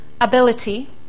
ability